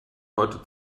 heute